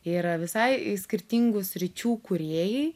yra visai skirtingų sričių kūrėjai